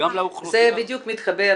אני אשמח.